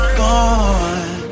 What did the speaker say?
gone